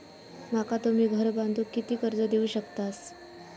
माका तुम्ही घर बांधूक किती कर्ज देवू शकतास?